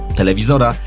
telewizora